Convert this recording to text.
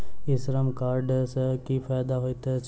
ई श्रम कार्ड सँ की फायदा होइत अछि?